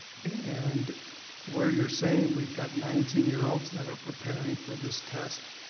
and where you're saying we've got nineteen year olds that are preparing for this test,